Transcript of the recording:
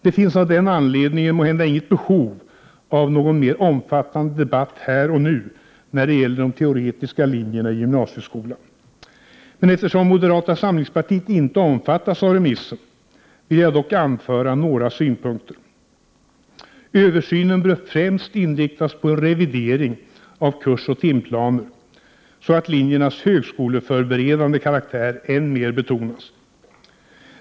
Det finns av den anledningen måhända inget behov av någon mer omfattande debatt här och nu när det gäller de teoretiska linjerna i gymnasieskolan. Eftersom moderata samlingspartiet inte omfattas av remissen, vill jag dock anföra några synpunkter. Översynen bör främst inriktas på en revidering av kursoch timplaner, så att linjernas högskoleförberedande karaktär än mer betonas.